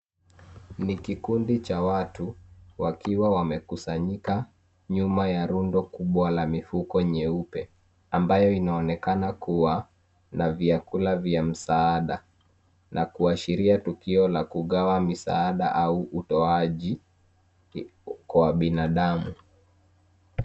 Ni kikundi cha watu wakiwa wamekusanyika nyuma ya rundo kubwa la mifuko nyeupe, ambayo inaonekana kuwa na vyakula vya msaada, na kuwashiria tukio la kugawa misaada au utoaji kwa binadamu.